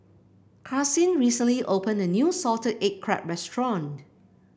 Karsyn recently opened a new Salted Egg Crab restaurant